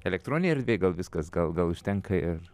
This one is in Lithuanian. elektroninėj erdvėj gal viskas gal gal užtenka ir